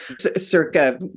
circa